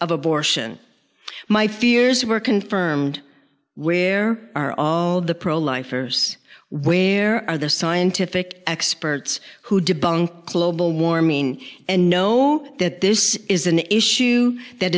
of abortion my fears were confirmed where are all the pro lifers where are the scientific experts who debunk global warming and know that this is an issue that